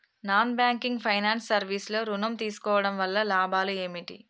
Non banking finance service లో ఋణం తీసుకోవడం వల్ల లాభాలు ఏమిటి?